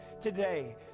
today